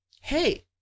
hey